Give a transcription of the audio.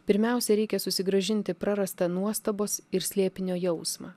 pirmiausia reikia susigrąžinti prarastą nuostabos ir slėpinio jausmą